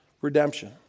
redemption